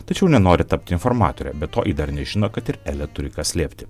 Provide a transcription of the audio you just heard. tačiau nenori tapti informatore be to ji dar nežino kad ir elė turi ką slėpti